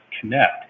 connect